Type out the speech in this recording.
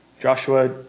Joshua